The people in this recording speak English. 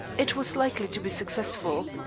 it was likely to be successful.